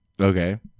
Okay